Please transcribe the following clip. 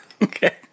Okay